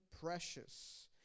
precious